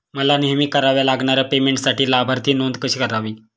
मला नेहमी कराव्या लागणाऱ्या पेमेंटसाठी लाभार्थी नोंद कशी करावी?